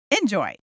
Enjoy